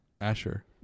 Asher